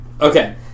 Okay